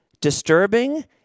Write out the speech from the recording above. Disturbing